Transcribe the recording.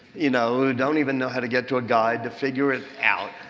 you know, don't even know how to get to a guide to figure it out.